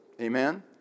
Amen